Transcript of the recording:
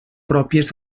pròpies